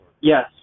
Yes